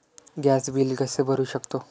Gas bill कसे भरू शकतो?